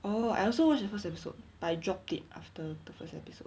oh I also watch the first episode but I dropped it after the first episode